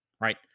right